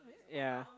ya